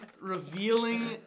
revealing